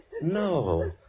No